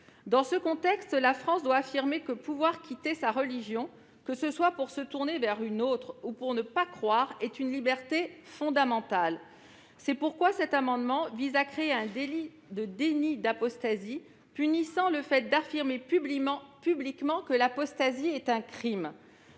Dans ce contexte, la France doit affirmer que pouvoir quitter sa religion, que ce soit pour se tourner vers une autre ou pour ne pas croire, est une liberté fondamentale. C'est pourquoi cet amendement vise à créer un délit de déni d'apostasie, punissant le fait d'affirmer publiquement que l'apostasie est un crime.